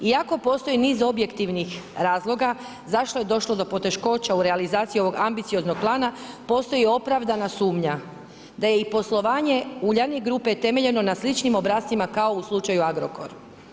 Iako postoji niz objektivnih razloga, zašto je došlo do poteškoća ovog ambicioznog plana, postoji opravdana sumnja da je i poslovanje Uljanik Grupe, temeljeno na sličnim obrascima kao u slučaju Agrokor.